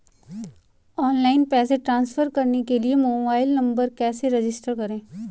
Online पैसे transfer करने के लिए मोबाइल नंबर कैसे रजिस्टर करें?